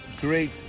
great